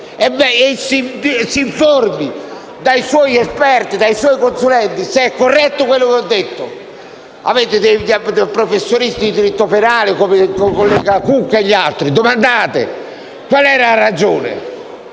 e si informi dai suoi esperti e consulenti se è corretto quello che ho detto. Avete professionisti di diritto penale come il collega Cucca e altri: domandate qual è la ragione.